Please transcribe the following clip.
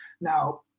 Now